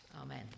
Amen